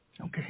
Okay